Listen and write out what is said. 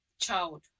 child